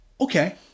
okay